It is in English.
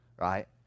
right